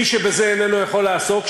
מי שבזה איננו יכול לעסוק,